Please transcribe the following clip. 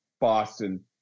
Boston